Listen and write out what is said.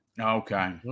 Okay